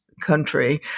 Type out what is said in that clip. country